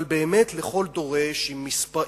אבל באמת הם פרוצים לכל דורש עם כתובות,